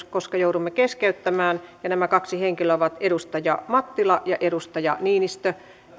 koska joudumme keskeyttämään ja nämä kaksi henkilöä ovat edustaja mattila ja edustaja niinistö